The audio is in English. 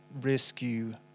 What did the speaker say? rescue